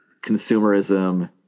consumerism